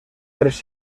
tres